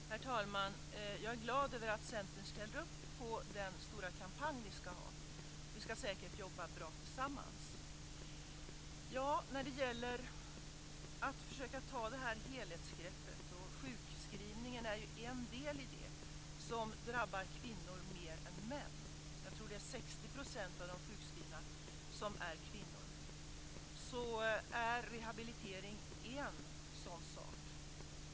Herr talman! Jag är glad över att Centern ställer upp på den stora kampanj vi ska ha. Vi ska säkert jobba bra tillsammans. Det gäller att försöka ta det här helhetsgreppet, och sjukskrivningen är en del i det, en del som drabbar kvinnor mer än män. Jag tror att det är 60 % av de sjukskrivna som är kvinnor. Då är rehabilitering en viktig sak.